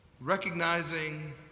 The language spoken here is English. recognizing